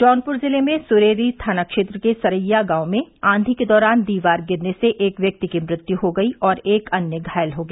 जौनपुर जिले में सुरेरी थाना क्षेत्र के सरैया गांव में आधी के दौरान दीवार गिरने से एक व्यक्ति की मृत्यु हो गयी और एक अन्य घायल हो गया